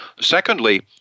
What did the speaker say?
secondly